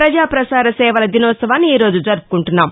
ప్రపజా ప్రసార సేవల దినోత్సవాన్ని ఈరోజు జరుపుకుంటున్నాం